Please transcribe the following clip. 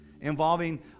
involving